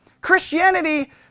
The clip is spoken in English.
Christianity